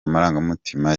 amarangamutima